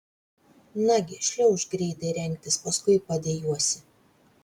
nagi šliaužk greitai rengtis paskui padejuosi